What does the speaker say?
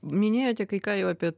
minėjote kai ką jau apie